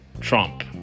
Trump